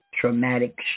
traumatic